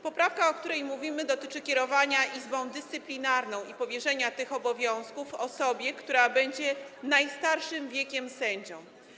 Poprawka, o której mówimy, dotyczy kierowania Izbą Dyscyplinarną, powierzenia tych obowiązków osobie, która będzie najstarszym wiekiem sędzią.